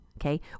okay